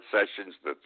Sessions